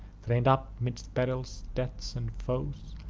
train'd up midst perils, deaths, and foes,